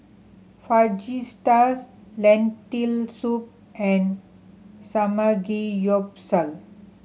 Fajitas Lentil Soup and Samgeyopsal